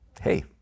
Hey